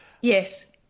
Yes